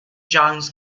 johns